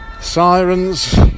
sirens